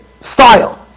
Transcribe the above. style